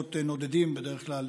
עופות נודדים בדרך כלל.